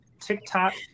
TikTok